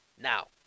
Now